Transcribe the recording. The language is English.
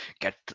get